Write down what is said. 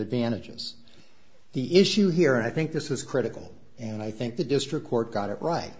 advantages the issue here and i think this is critical and i think the district court got it right